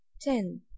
Ten